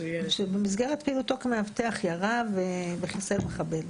שבמסגרת פעילותו כמאבטח ירה וחיסל מחבל,